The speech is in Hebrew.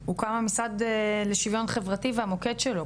הוקם המשרד לשוויון חברתי והמוקד שלו,